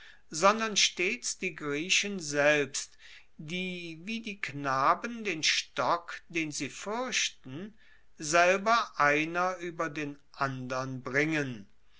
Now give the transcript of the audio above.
sondern stets die griechen selbst die wie die knaben den stock den sie fuerchten selber einer ueber den andern bringen